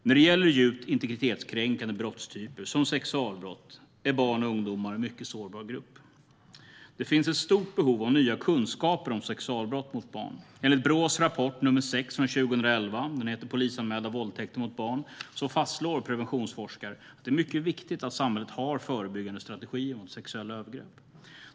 När det gäller djupt integritetskränkande brottstyper som sexualbrott är barn och ungdomar en mycket sårbar grupp. Det finns ett stort behov av nya kunskaper om sexualbrott mot barn. Enligt Brås rapport nr 6 från 2011, Polisanmälda våldtäkter mot barn , fastslår preventionsforskare att det är mycket viktigt att samhället har förebyggande strategier mot sexuella övergrepp.